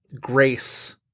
grace